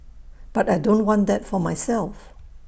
but I don't want that for myself